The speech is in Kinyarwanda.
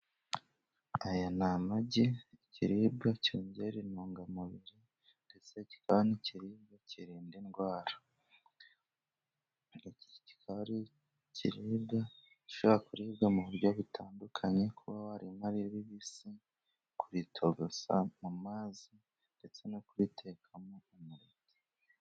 Aya ni amagi, ikiribwa cyongera intungamubiri. Ndetse kikaba ari ikiribwa kirinda indwara. Kikaba ari ikiribwa gishobora kuribwa mu buryo butandukanye, kuba warinywa ari bibisi, kuritogosa mu mazi, ndetse no kuritekamo umureti.